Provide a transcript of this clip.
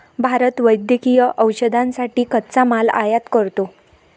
भारत वैद्यकीय औषधांसाठी कच्चा माल आयात करतो